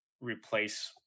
replace